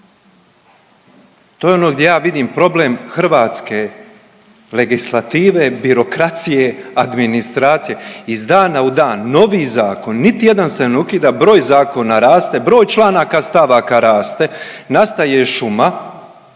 to je ono gdje ja vidim problem hrvatske legislative, birokracije, administracije, iz dana u dan novi zakon, niti jedan se ne ukida, broj zakona raste, broj članaka, stavaka raste, nastaje šuma,